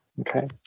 Okay